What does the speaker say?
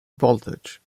voltage